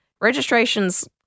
Registration's